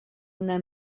una